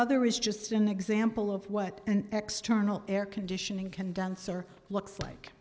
other is just an example of what an extra arnel air conditioning condensor looks like